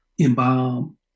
embalm